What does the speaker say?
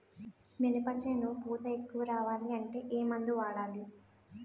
మినప చేను పూత ఎక్కువ రావాలి అంటే ఏమందు వాడాలి?